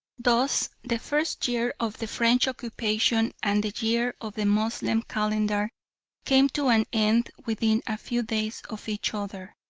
thus the first year of the french occupation and the year of the moslem calendar came to an end within a few days of each other,